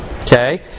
Okay